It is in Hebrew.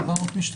מובן.